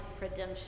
redemption